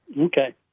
Okay